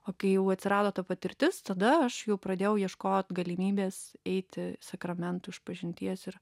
o kai jau atsirado ta patirtis tada aš jau pradėjau ieškot galimybės eiti sakramentų išpažinties ir